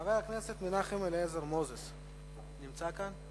חבר הכנסת מנחם אליעזר מוזס נמצא כאן?